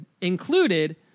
included